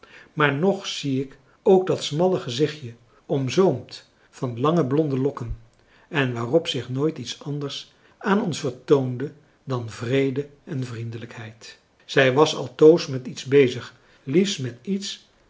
maar nog zie ik ook dat smalle gezichtje omzoomd van lange blonde lokken en waarop zich nooit iets anders aan ons vertoonde dan vrede en vriendelijkheid zij was altoos met iets bezig liefst met iets